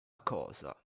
cosa